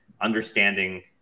understanding